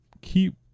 keep